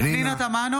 פנינה תמנו,